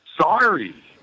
Sorry